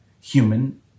human